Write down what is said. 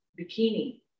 bikini